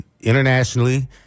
internationally